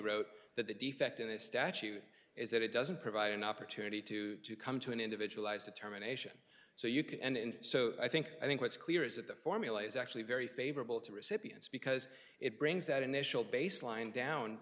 wrote that the defect in this statute is that it doesn't provide an opportunity to come to an individualized determination so you can and so i think i think what's clear is that the formulae is actually very favorable to recipients because it brings that initial baseline down